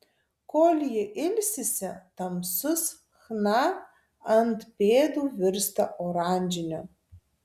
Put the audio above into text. kol ji ilsisi tamsus chna ant pėdų virsta oranžiniu